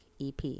EP